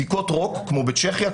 בדיקות רוק כמו בצ'כיה,